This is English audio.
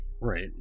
right